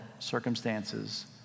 circumstances